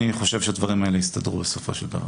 אני חושב שהדברים האלה יסתדרו בסופו של דבר,